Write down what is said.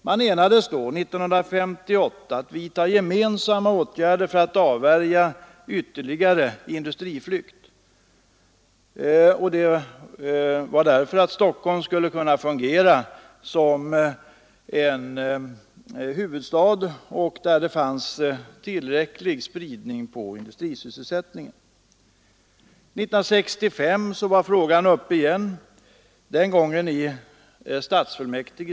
Man enades vid det tillfället om att vidta gemensamma åtgärder för att avvärja ytterligare industriflykt, så att Stockholm skulle kunna fungera som en huvudstad med tillräcklig spridning av industrisysselsättningen. År 1965 var frågan uppe igen, den gången i Stockholms stadsfullmäktige.